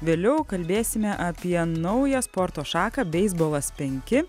vėliau kalbėsime apie naują sporto šaką beisbolas penki